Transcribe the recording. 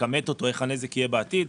לכמת אותו איך הנזק יהיה בעתיד.